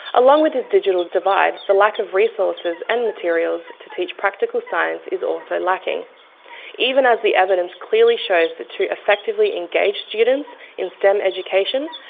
along with this digital divide the lack of resources and materials to teach practical science is also lacking even as the evidence clearly shows that to effectively engage students in stem education,